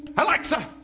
alexa